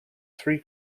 three